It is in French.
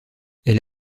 elle